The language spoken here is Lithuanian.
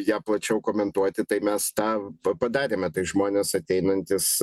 ją plačiau komentuoti tai mes tą padarėme tai žmonės ateinantys